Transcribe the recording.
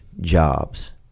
jobs